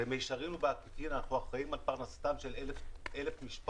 במישרין ובעקיפין אנחנו אחראיים על פרנסתם של 1,000 משפחות.